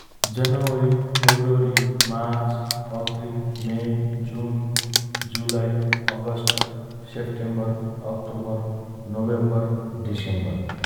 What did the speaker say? जनवरी, February, March, April, May, June, जुलाई, August, September, October, November, December